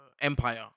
empire